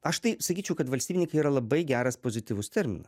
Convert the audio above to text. aš tai sakyčiau kad valstybininkai yra labai geras pozityvus terminas